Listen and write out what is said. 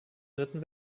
dritten